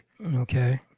Okay